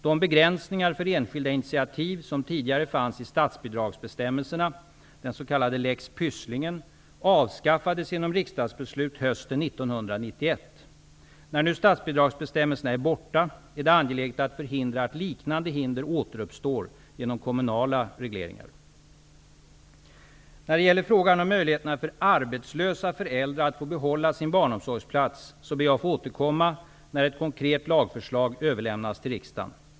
De begränsningar för enskilda initiativ som tidigare fanns i statsbidragsbestämmelserna, den s.k. lex Pysslingen, avskaffades genom riksdagsbeslut hösten 1991. När nu statsbidragsbestämmelserna är borta är det angeläget att förhindra att liknande hinder återuppstår genom kommunala regleringar. När det gäller frågan om möjligheterna för arbetslösa föräldrar att få behålla sin barnomsorgsplats ber jag att få återkomma när ett konkret lagförslag överlämnas till riksdagen.